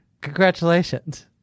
Congratulations